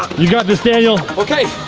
you got this daniel. okay.